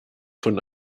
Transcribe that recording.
von